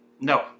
No